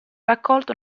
raccolto